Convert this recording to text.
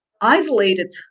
isolated